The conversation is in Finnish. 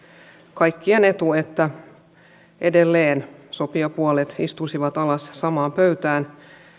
kaikkien etu että edelleen sopijapuolet istuisivat alas samaan pöytään